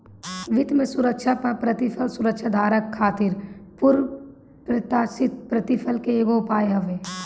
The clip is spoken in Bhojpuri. वित्त में सुरक्षा पअ प्रतिफल सुरक्षाधारक खातिर पूर्व प्रत्याशित प्रतिफल के एगो उपाय हवे